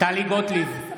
מה זה ההתנהגות הזו, אורנה?